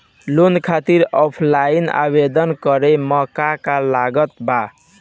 Loan खातिर offline आवेदन करे म का का लागत बा?